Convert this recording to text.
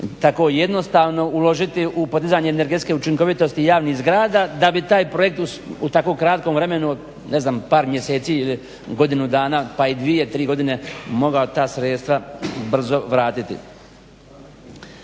tako jednostavno uložiti u podizanje energetske učinkovitosti javnih zgrada da bi taj projekt u tako kratkom vremenu, par mjeseci ili godinu dana pa i dvije, tri godine mogao ta sredstva brzo vratiti.